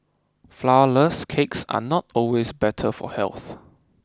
Flourless Cakes are not always better for health